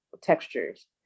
textures